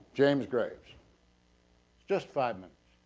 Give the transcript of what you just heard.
james graves just five minutes.